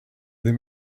they